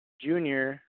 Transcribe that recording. Junior